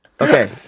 okay